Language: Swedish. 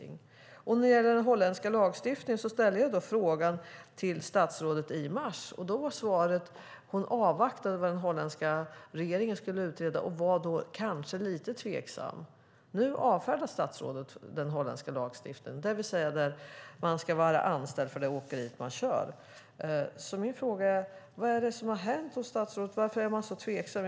I mars frågade jag statsrådet om den holländska lagstiftningen, och då var svaret att hon avvaktade vad den holländska regeringen skulle utreda. Då var hon kanske lite tveksam. Nu avfärdar statsrådet den holländska lagstiftningen som innebär att man ska vara anställd av det åkeri man kör för. Vad är det som har hänt, statsrådet? Varför är du så tveksam?